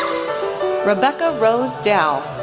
rebecca rose dow,